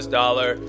dollar